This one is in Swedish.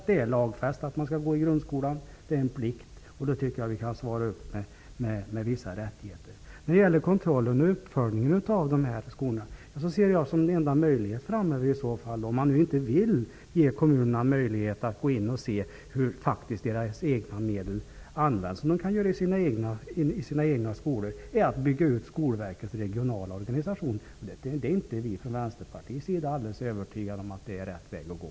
Det är lagfäst att man skall gå i grundskolan, det är en plikt, och då tycker jag att vi i utbyte kan ge vissa rättigheter. När det gäller kontrollen och uppföljningen av verksamheten i de här skolorna ser jag som enda möjlighet framöver -- om man nu inte vill ge kommunerna möjlighet att gå in och kontrollera hur deras egna medel faktiskt används, som de kan göra när det gäller de egna skolorna -- att bygga ut Skolverkets regionala organisation. Men inom Vänsterpartiet är vi inte alldeles övertygade om att det är rätt väg att gå.